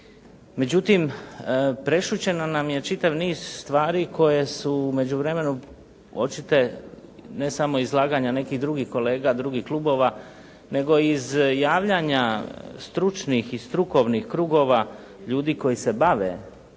Međutim, prešućena nam je čitav niz stvari koji su u međuvremenu hoćete ne samo izlaganja nekih drugih kolega, drugih klubova, nego iz javljanja stručnih, strukovnih krugova ljudi koji se bave